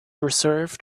reserved